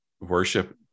worship